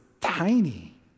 tiny